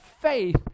faith